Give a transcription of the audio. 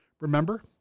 Remember